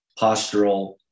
postural